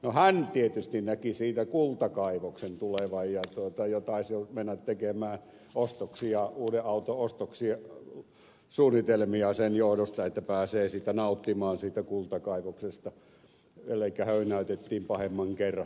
hän tietysti näki siitä kultakaivoksen tulevan ja taisi jo mennä tekemään uuden auton ostoksia suunnitelmia sen johdosta että pääsee nauttimaan siitä kultakaivoksesta elikkä höynäytettiin pahemman kerran